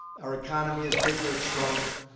our economy is bigger. it's stronger.